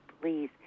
please